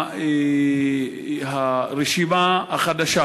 האם הרשימה החדשה,